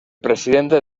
presidente